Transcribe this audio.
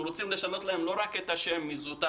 אנחנו רוצים לשנות להם לא רק את השם מזוטר